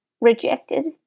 rejected